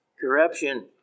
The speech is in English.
corruption